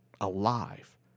alive